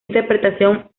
interpretación